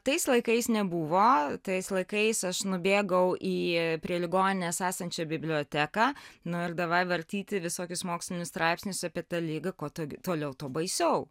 tais laikais nebuvo tais laikais aš nubėgau į prie ligoninės esančią biblioteką nu ir davaj vartyti visokius mokslinius straipsnius apie tą ligą ko toliau tuo baisiau